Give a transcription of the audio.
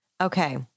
Okay